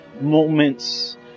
moments